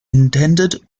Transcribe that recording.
intended